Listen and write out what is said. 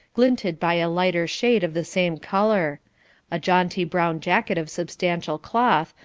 glinted by a lighter shade of the same colour a jaunty brown jacket of substantial cloth,